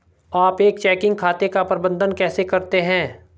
आप एक चेकिंग खाते का प्रबंधन कैसे करते हैं?